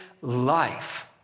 life